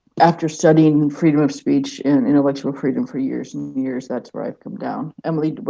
after studying and freedom of speech and intellectual freedom for years and years, that's where i have come down. emily,